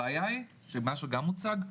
הבעיה שגם היא הוצגה,